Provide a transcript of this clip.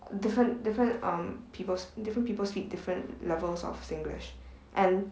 different different um peoples different people speak different levels of singlish and